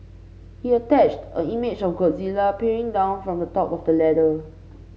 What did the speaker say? he attached an image of Godzilla peering down from the top of the ladder